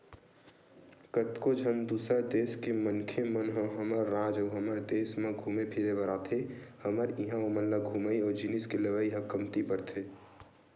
कतको झन दूसर देस के मनखे मन ह हमर राज अउ हमर देस म घुमे फिरे बर आथे हमर इहां ओमन ल घूमई अउ जिनिस के लेवई ह कमती परथे